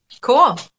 cool